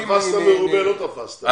תפסת מרובה לא תפסת.